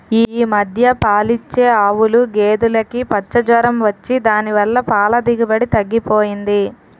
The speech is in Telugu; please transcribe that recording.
ఈ మధ్య పాలిచ్చే ఆవులు, గేదులుకి పచ్చ జొరం వచ్చి దాని వల్ల పాల దిగుబడి తగ్గిపోయింది